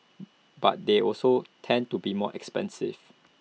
but they also tend to be more expensive